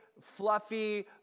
fluffy